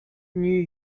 new